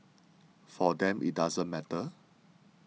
for them it doesn't matter